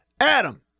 adam